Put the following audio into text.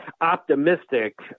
optimistic